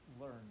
learn